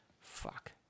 fuck